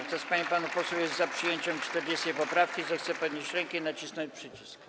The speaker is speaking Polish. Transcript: Kto z pań i panów posłów jest za przyjęciem 40. poprawki, zechce podnieść rękę i nacisnąć przycisk.